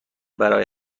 برای